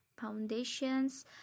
foundations